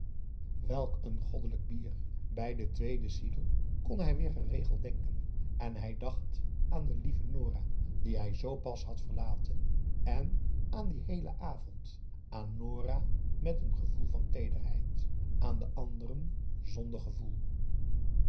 welk een goddelijk bier bij den tweeden seidel kon hij weer geregeld denken en hij dacht aan de lieve nora die hij zoo pas had verlaten en aan dien heelen avond aan nora met een gevoel van teederheid aan de anderen zonder gevoel